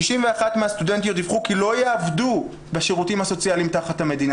91 מהסטודנטיות דיווחו כי לא יעבדו בשירותים הסוציאליים תחת המדינה.